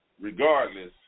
regardless